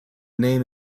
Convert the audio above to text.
name